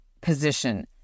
position